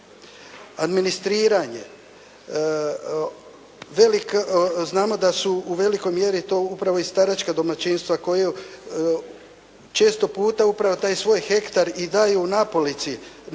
Administriranje, velik, znamo da su u velikoj mjeri to upravo i staračka domaćinstva koja često puta upravo taj svoj hektar i daju u napolici,